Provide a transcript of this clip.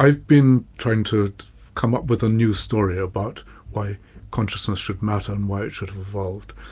i've been trying to come up with a new story about why consciousness should matter and why it should have evolved.